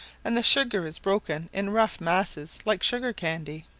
and the sugar is broken in rough masses like sugar-candy.